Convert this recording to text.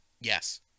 Yes